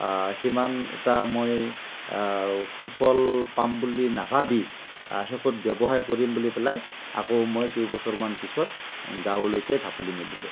সিমান এটা মই সুফল পাম বুলি নাভাবি শেষত ব্যৱসায় কৰিম বুলি পেলাই আকৌ মই কেইবছৰমান পিছত গাঁৱৰলৈকে ঢাপলি মেলিলোঁ